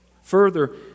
Further